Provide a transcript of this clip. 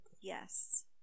Yes